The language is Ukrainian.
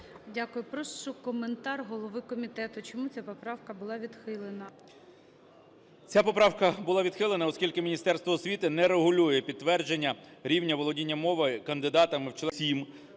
Дякую. Прошу коментар голови комітету, чому ця поправка була відхилена. 17:01:36 КНЯЖИЦЬКИЙ М.Л. Ця поправка була відхилена, оскільки Міністерство освіти не регулює підтвердження рівня володіння мовою кандидатами в члени